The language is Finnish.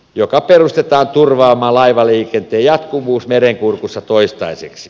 joka perustetaan turvaamaan laivaliikenteen jatkuvuus merenkurkussa toistaiseksi